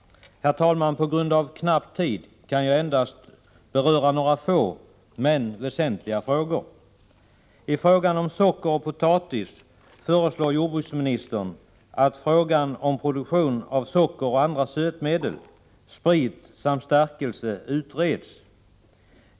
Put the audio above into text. Herr talman! På grund av att tiden är knapp kan jag beröra endast några få men väsentliga frågor. När det gäller socker och potatis föreslår jordbruksministern att frågan om produktion av socker och andra sötmedel, sprit samt stärkelse utreds.